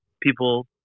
people